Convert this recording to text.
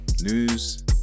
news